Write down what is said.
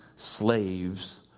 Slaves